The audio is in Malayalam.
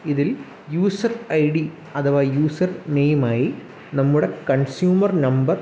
ഇതിൽ യൂസർ ഐ ഡി അഥവാ യൂസർ നെയിമായി നമ്മുടെ കൺസ്യുമർ നമ്പർ